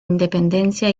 independencia